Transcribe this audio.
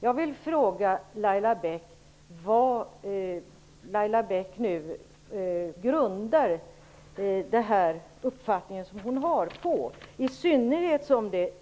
Jag vill fråga Laila Bäck vad hon grundar sin uppfattning på.